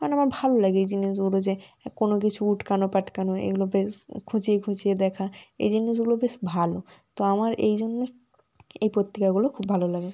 মানে আমার ভালো লাগে এই জিনিসগুলো যে কোনো কিছু উটকানো পাটকানো এগুলো বেশ খুঁচিয়ে খুঁচিয়ে দেখা এই জিনিসগুলো বেশ ভালো তো আমার এই জন্যই এই পত্রিকাগুলো খুব ভালো লাগে